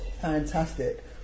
fantastic